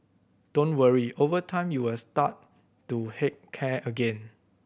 don't worry over time you will start to heck care again